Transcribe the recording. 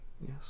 yes